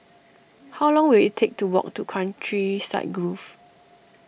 how long will it take to walk to Countryside Grove